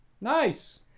Nice